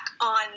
on